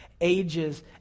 ages